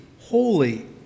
holy